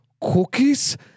cookies